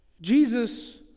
Jesus